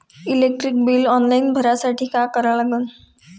Electric bill online भरासाठी का करा लागन?